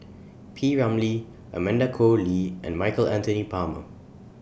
P Ramlee Amanda Koe Lee and Michael Anthony Palmer